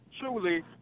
truly